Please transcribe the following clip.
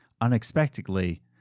unexpectedly